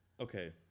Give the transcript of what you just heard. Okay